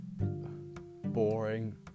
Boring